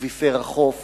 אקוויפר החוף